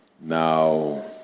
Now